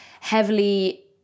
heavily